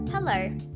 Hello